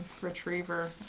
retriever